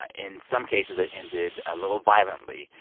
ah in some cases, it ended a little violently.